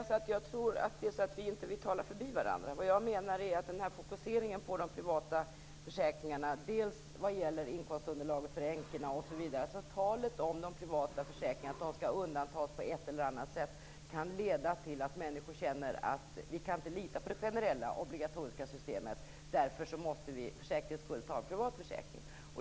För att vi inte skall tala förbi varandra vill jag säga att jag menar att fokuseringen på de privata försäkringarna vad gäller t.ex. inkomstunderlaget för änkorna och talet om att de privata försäkringarna på ett eller annat sätt skall undantas kan leda till att människor känner att de inte kan lita på det generella obligatoriska systemet och därför för säkerhets skull måste ta en privat försäkring.